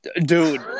Dude